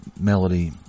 melody